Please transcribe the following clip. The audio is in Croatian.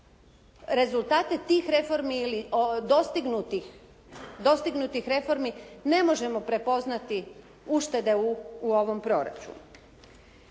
rezultata tih reformi ili dostignutih reformi ne možemo prepoznati uštede u ovom proračunu.